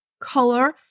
color